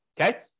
okay